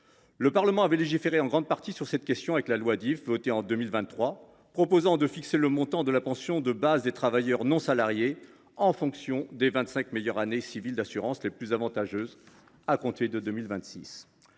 Le Parlement a légiféré en grande partie sur cette question à l’occasion de la loi Dive, votée en 2023, laquelle prévoit de fixer le montant de la pension de base des travailleurs non salariés en fonction des vingt cinq meilleures années civiles d’assurance les plus avantageuses, à compter de 2026.